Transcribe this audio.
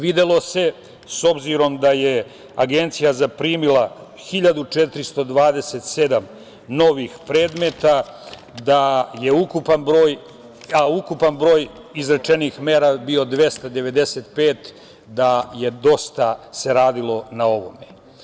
Videlo se, s obzirom da je Agencija zaprimila 1427 novih predmeta, da je ukupan broj izrečenih mera bio 295, da se dosta radilo na ovome.